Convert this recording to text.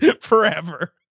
forever